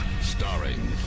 starring